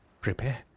prepare